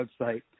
website